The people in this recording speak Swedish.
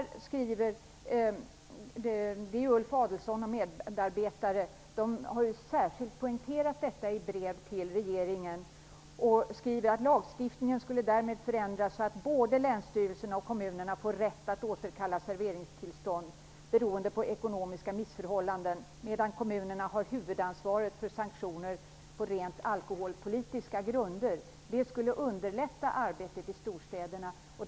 Ulf Adelsohn och hans medarbetare har särskilt poängterat detta i ett brev till regeringen. De skriver att lagstiftningen därmed skulle förändras så att både länsstyrelserna och kommunerna får rätt att återkalla serveringstillstånd beroende på ekonomiska missförhållanden, medan kommunerna har huvudansvaret för sanktioner på rent alkoholpolitiska grunder. Detta skulle underlätta arbetet i storstäderna.